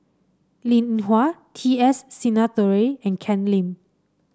Linn In Hua T S Sinnathuray and Ken Lim